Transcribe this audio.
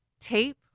tape